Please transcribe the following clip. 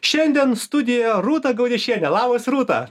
šiandien studijoje rūta gaudiešienė labas rūta